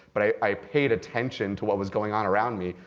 but i i paid attention to what was going on around me.